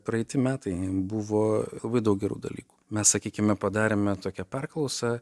praeiti metai buvo labai daug gerų dalykų mes sakykime padarėme tokią paklausą